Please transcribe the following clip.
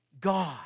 God